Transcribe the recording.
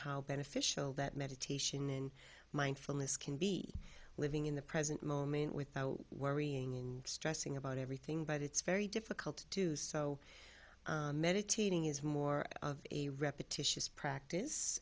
how beneficial that meditation in mindfulness can be living in the present moment without worrying in stressing about everything but it's very difficult to do so meditating is more of a repetitious practice